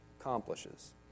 accomplishes